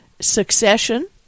Succession